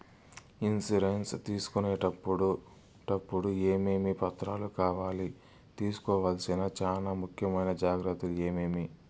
Insurance తీసుకునేటప్పుడు టప్పుడు ఏమేమి పత్రాలు కావాలి? తీసుకోవాల్సిన చానా ముఖ్యమైన జాగ్రత్తలు ఏమేమి?